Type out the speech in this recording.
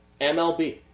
MLB